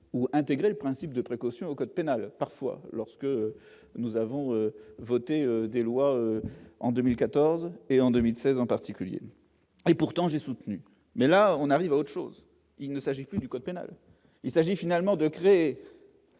ou intégrer le principe de précaution au code pénal parfois lorsque nous avons voté des lois en 2014 et en 2016 en particulier, et pourtant j'ai soutenu, mais là, on arrive à autre chose, il ne s'agit que du code pénal, il s'agit finalement de créer,